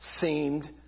seemed